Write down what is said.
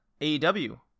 AEW